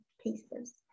pieces